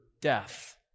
death